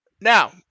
Now